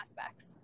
aspects